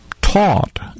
taught